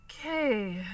Okay